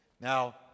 Now